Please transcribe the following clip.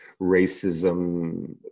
racism